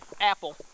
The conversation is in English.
Apple